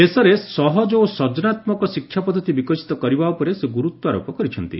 ଦେଶରେ ସହଜ ଓ ସର୍ଜନାତ୍ମକ ଶିକ୍ଷା ପଦ୍ଧତି ବିକଶିତ କରିବା ଉପରେ ସେ ଗୁରୁତ୍ୱାରୋପ କରିଛନ୍ତି